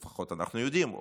לפחות אנחנו יודעים,